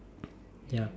ya